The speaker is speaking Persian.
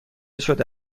شده